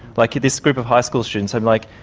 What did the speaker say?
like, this group of high school students, i'm like,